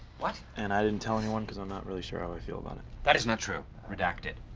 what? and i didn't tell anyone because i'm not really sure how i feel about it. that is not true. redact it.